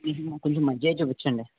ఇది మాకు కొంచెం మంచిగా చూపించండి